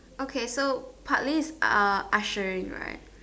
okay so partly is uh ushering right